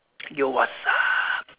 yo what's up